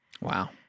wow